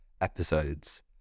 episodes